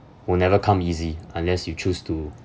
will never come easy unless you choose to